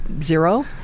zero